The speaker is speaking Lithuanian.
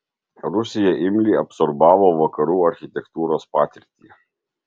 rusija imliai absorbavo vakarų architektūros patirtį